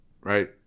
right